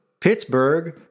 Pittsburgh